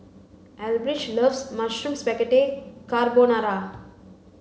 Elbridge loves Mushroom Spaghetti Carbonara